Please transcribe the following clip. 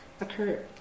occurred